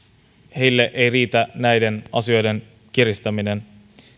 heille ei riitä näiden asioiden kiristäminen